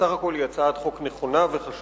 שבסך הכול היא הצעת חוק נכונה וחשובה.